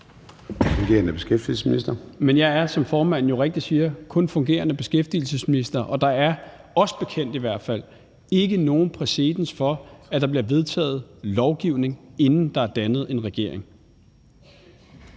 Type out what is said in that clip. Men jeg er, som formanden jo rigtigt siger, kun fungerende beskæftigelsesminister, og der er, os bekendt i hvert fald, ikke præcedens for, at der bliver vedtaget lovgivning, inden der er dannet en regering.